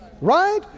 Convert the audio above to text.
right